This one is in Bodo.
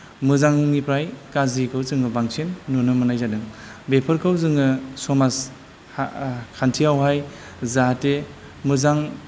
मोजांनिफ्राय गाज्रिखौ जोङो बांसिन नुनो मोननाय जादों बेफोरखौ जोङो समाज हा खान्थियावहाय जाहाथे मोजां